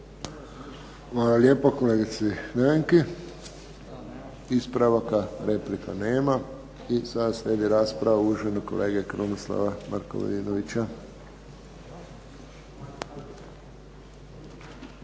lijepo kolegici Nevenki. Ispravaka, replika nema. I sad slijedi rasprava uvaženog kolege Krunoslava Markovinovića.